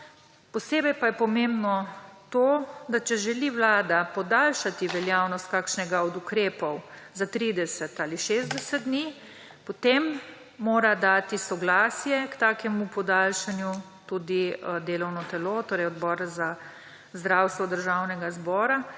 Posebej pa je pomembno to, da če želi Vlada podaljšati veljavnost kakšnega od ukrepov za 30 ali 60 dni, mora dati soglasje k takemu podaljšanju tudi delovno telo, torej Odbor za zdravstvo Državnega zbora,